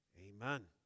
amen